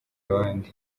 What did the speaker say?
abandi